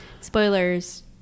Spoilers